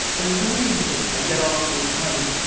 annoyingly, i get asked all the time is,